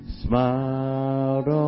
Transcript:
smiled